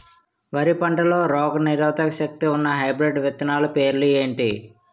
వరి పంటలో రోగనిరోదక శక్తి ఉన్న హైబ్రిడ్ విత్తనాలు పేర్లు ఏంటి?